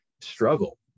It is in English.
struggle